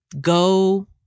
go